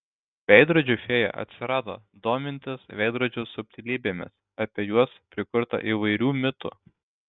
veidrodžių fėja atsirado domintis veidrodžių subtilybėmis apie juos prikurta įvairių mitų